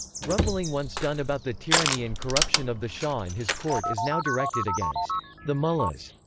grumbling once done about the tyranny and corruption of the shah and his court is now directed against the mullahs.